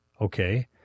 Okay